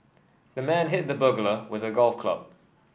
the man hit the burglar with a golf club